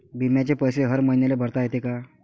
बिम्याचे पैसे हर मईन्याले भरता येते का?